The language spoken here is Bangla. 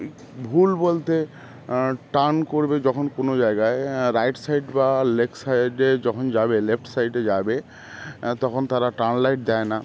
ভুল বলতে টার্ন করবে যখন কোনও জায়গায় রাইট সাইড বা লেফ্ট সাইডে যখন যাবে লেফ্ট সাইডে যাবে তখন তারা টার্নলাইট দেয় না